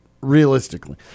realistically